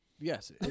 Yes